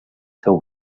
seu